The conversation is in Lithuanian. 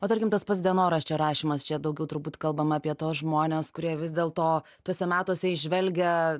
o tarkim tas pats dienoraščio rašymas čia daugiau turbūt kalbama apie tuos žmones kurie vis dėl to tuose metuose įžvelgia